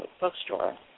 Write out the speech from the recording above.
bookstore